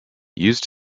used